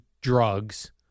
drugs